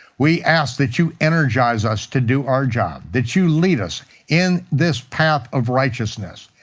we ask that you energize us to do our job, that you lead us in this path of righteousness,